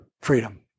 freedom